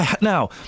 now